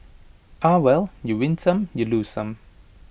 ah well you win some you lose some